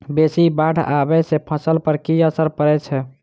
बेसी बाढ़ आबै सँ फसल पर की असर परै छै?